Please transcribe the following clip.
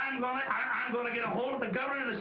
i'm going to get a hold of the government